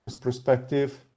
perspective